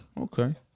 Okay